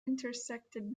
intersected